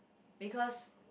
because